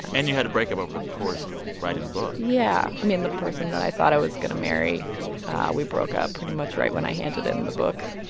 and you had a breakup over the course of writing the book yeah. i mean, the person that i thought i was going to marry we broke up pretty much right when i handed him and the book.